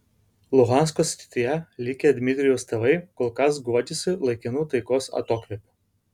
luhansko srityje likę dmitrijaus tėvai kol kas guodžiasi laikinu taikos atokvėpiu